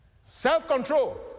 self-control